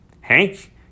Hank